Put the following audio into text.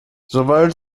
sobald